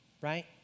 right